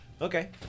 Okay